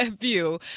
view